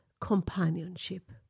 companionship